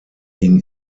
ihn